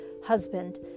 husband